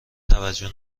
توجه